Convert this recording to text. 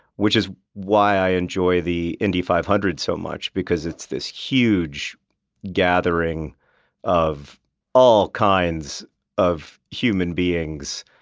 which is why i enjoy the indy five hundred so much because it's this huge gathering of all kinds of human beings.